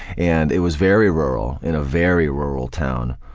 and it was very rural, in a very rural town,